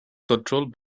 controlled